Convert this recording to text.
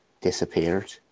disappeared